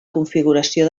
configuració